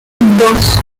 dos